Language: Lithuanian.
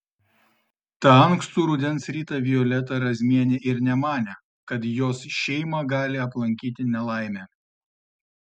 tą ankstų rudens rytą violeta razmienė ir nemanė kad jos šeimą gali aplankyti nelaimė